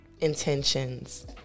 Intentions